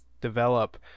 develop